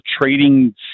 trading